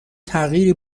تغییری